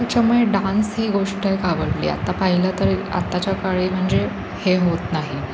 त्याच्यामुळे डान्स ही गोष्ट एक आवडली आता पाहिलं तरी आत्ताच्या काळी म्हणजे हे होत नाही